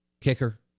Kicker